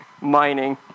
mining